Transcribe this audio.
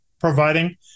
providing